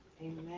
Amen